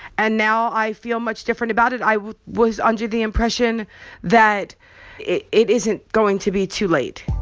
and now i feel much different about it. i was under the impression that it it isn't going to be too late